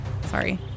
Sorry